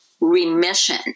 remission